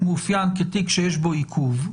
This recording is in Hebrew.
מאופיין כתיק שיש בו עיכוב,